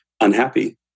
unhappy